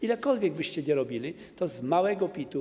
Ilekolwiek byście nie robili, to z małego PIT-u.